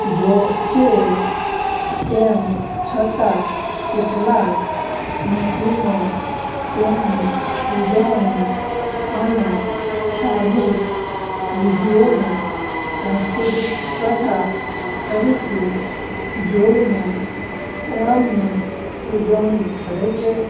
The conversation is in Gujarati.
જો કે તેમ છતાં કેટલાક મુસ્લિમો તેની ઉજવણી અને ધાર્મિક વિધિઓને સાંસ્કૃતિક પ્રથા તરીકે જોઈને ઓણમની ઉજવણી કરે છે